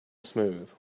smooth